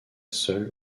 seul